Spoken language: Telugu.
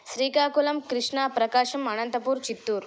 శ్రీకాకుళం కృష్ణ ప్రకాశం అనంతపూర్ చిత్తూరు